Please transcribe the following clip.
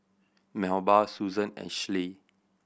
Melba Susan and Schley